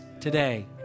today